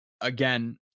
Again